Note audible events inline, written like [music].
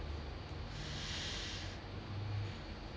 [breath]